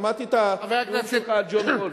שמעתי את הנאום שלך על ג'ון רולס.